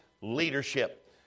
leadership